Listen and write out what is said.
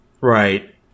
Right